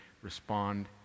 respond